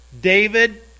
David